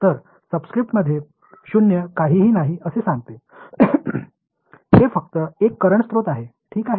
तर सबस्क्रिप्टमध्ये शून्य काहीही नाही असे सांगते हे फक्त एक करंट स्रोत आहे ठीक आहे